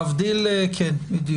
בדיוק.